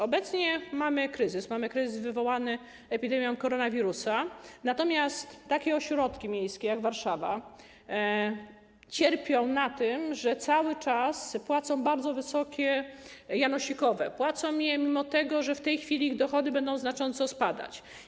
Obecnie mamy kryzys wywołany epidemią koronawirusa, natomiast takie ośrodki miejskie jak Warszawa cierpią na tym, że cały czas płacą bardzo wysokie janosikowe, płacą je, mimo że w tej chwili ich dochody będą znacząco spadać.